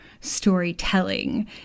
storytelling